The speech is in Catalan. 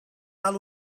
val